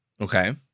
Okay